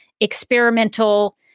experimental